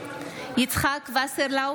יצחק שמעון וסרלאוף,